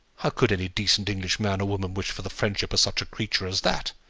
how could any decent english man or woman wish for the friendship of such a creature as that?